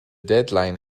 deadline